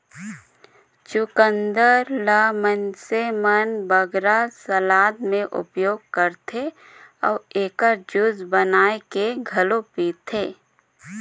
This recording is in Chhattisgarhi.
चुकंदर ल मइनसे मन बगरा सलाद में उपयोग करथे अउ एकर जूस बनाए के घलो पीथें